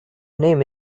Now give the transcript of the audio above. name